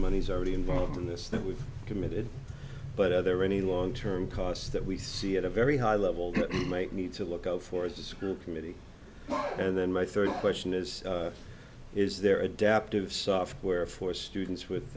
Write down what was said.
money's already involved in this that we've committed but are there any long term costs that we see at a very high level might need to look out for the school committee and then my third question is is there adaptive software for students with